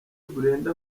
brenda